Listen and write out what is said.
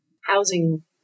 housing